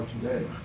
today